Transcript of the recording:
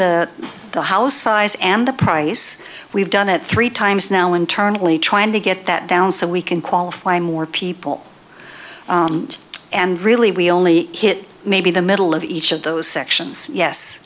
the the house size and the price we've done it three times now internally trying to get that down so we can qualify more people and really we only hit maybe the middle of each of those sections yes